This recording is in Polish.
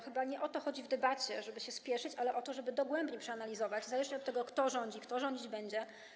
Chyba nie o to chodzi w debacie, żeby się spieszyć, ale o to, żeby dogłębnie to przeanalizować, niezależnie od tego, kto rządzi i kto rządzić będzie.